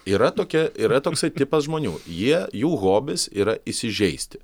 yra tokia yra toksai tipas žmonių jie jų hobis yra įsižeisti